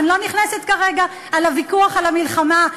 אני לא נכנסת כרגע לוויכוח על המלחמה,